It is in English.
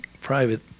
private